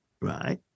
right